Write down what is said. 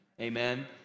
Amen